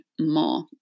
more